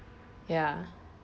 ya